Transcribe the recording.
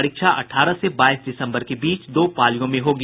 परीक्षा अठारह से बाईस दिसम्बर के बीच दो पालियों में होगी